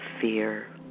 fear